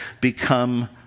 become